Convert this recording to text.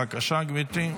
בבקשה, גברתי.